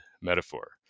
metaphor